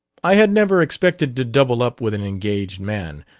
i had never expected to double up with an engaged man,